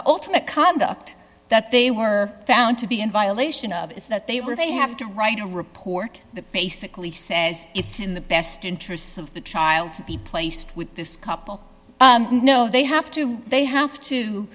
ultimate conduct that they were found to be in violation of is that they were they have to write a report that basically says it's in the best interests of the child be placed with this couple no they have to they have